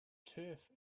turf